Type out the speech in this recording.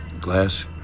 glass